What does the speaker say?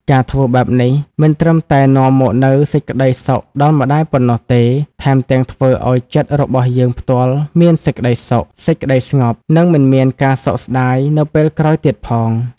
ការធ្វើបែបនេះមិនត្រឹមតែនាំមកនូវសេចក្ដីសុខដល់ម្ដាយប៉ុណ្ណោះទេ ថែមទាំងធ្វើឲ្យចិត្តរបស់យើងផ្ទាល់មានសេចក្ដីសុខ សេចក្ដីស្ងប់ និងមិនមានការសោកស្ដាយនៅពេលក្រោយទៀតផង។